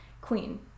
Queen